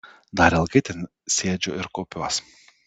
dar ilgai ten sėdžiu ir kaupiuos